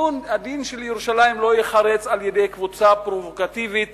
הדין של ירושלים לא ייחרץ על-ידי קבוצה פרובוקטיבית